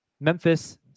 Memphis